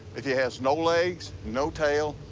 if he has no legs, no tail,